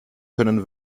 können